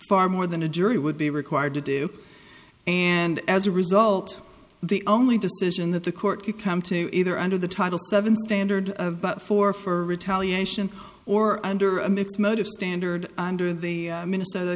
far more than a jury would be required to do and as a result the only decision that the court could come to either under the title seven standard for for retaliation or under a mixed motive standard under the min